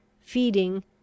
feeding